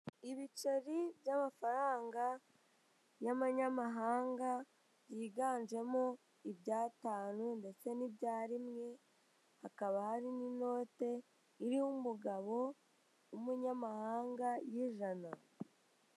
Ibiceri by'amafaranga y'amanyamahanga byiganjemo iby'atanu ndetse n'ibya rimwe, hakaba hari n'inote iriho umugabo w'umunyamahanga y'ijana.